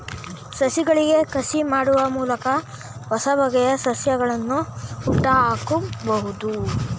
ಸಸಿಗಳಿಗೆ ಕಸಿ ಮಾಡುವ ಮೂಲಕ ಹೊಸಬಗೆಯ ಸಸ್ಯಗಳನ್ನು ಹುಟ್ಟುಹಾಕಬೋದು